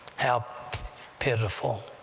how p-pitiful!